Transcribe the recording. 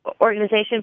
organization